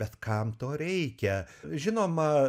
bet kam to reikia žinoma